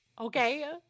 Okay